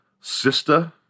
sister